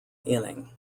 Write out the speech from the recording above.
inning